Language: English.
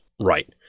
Right